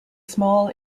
small